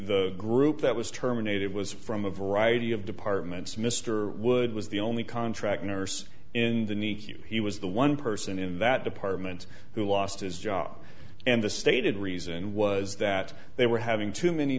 the group that was terminated was from a variety of departments mr wood was the only contractor nurse in the nikkei he was the one person in that department who lost his job and the stated reason was that they were having